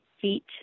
feet